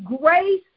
grace